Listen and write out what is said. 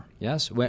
Yes